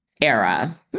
era